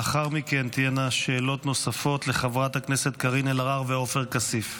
לאחר מכן תהיינה שאלות נוספות לחברי הכנסת קארין אלהרר ועופר כסיף.